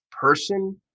person